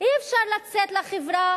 אי-אפשר לצאת לחברה